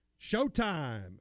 showtime